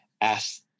ask